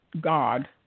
God